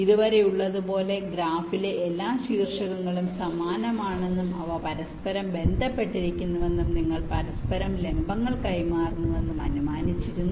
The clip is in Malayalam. ഇതുവരെയുള്ളതുപോലെ ഗ്രാഫിലെ എല്ലാ ശീർഷകങ്ങളും സമാനമാണെന്നും അവ പരസ്പരം ബന്ധപ്പെട്ടിരിക്കുന്നുവെന്നും നിങ്ങൾ പരസ്പരം ലംബങ്ങൾ കൈമാറുന്നുവെന്നും നമ്മൾ അനുമാനിച്ചിരുന്നു